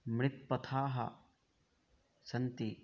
मृत्पथाः सन्ति